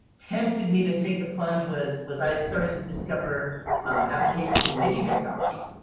tempted me to take the plunge was was i started to discover applications in midi technology.